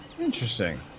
Interesting